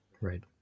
Right